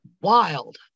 Wild